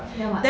ya [what]